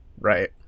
right